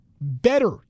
better